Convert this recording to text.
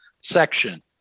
section